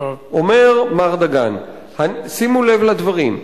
אומר מר דגן, שימו לב לדברים: